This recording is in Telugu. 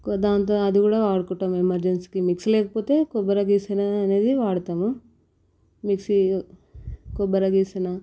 దాంతో అది కూడా వాడుకుంటాము ఎమర్జెన్సీకి మిక్సీ లేకపోతే కొబ్బెర గీసెన అనేది వాడతాము మిక్సీ కొబ్బరి గీసెన